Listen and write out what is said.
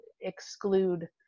exclude